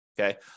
okay